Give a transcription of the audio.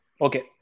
Okay